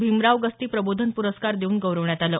भीमराव गस्ती प्रबोधन प्रस्कार देऊन गौरवण्यात आलं